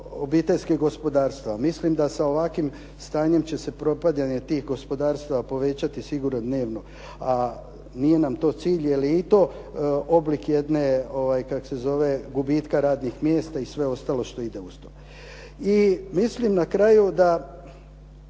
obiteljskih gospodarstava. Mislim da sa ovakvim stanjem će se propadanje tih gospodarstava povećati sigurno dnevno, a nije nam to cilj, jer je to oblik jedne kako se zove gubitka radnih mjesta i sve ostalo što ide uz to. I mislim na kraju da